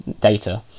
data